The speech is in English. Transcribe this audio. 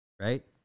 Right